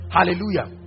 Hallelujah